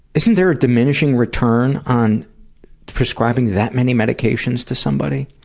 isn't there a diminishing return on prescribing that many medications to somebody?